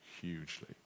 hugely